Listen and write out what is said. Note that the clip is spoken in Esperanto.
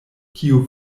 kiu